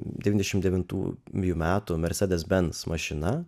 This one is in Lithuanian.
dvidešim devintųjų metų mercedes benz mašina